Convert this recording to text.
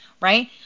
right